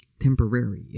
temporary